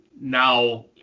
now